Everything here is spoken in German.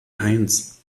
heinz